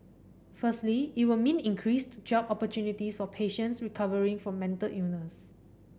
firstly it will mean increased job opportunities for patients recovering from mental illness